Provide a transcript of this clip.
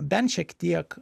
bent šiek tiek